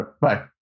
Bye